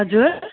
हजुर